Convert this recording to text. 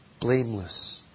blameless